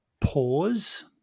pause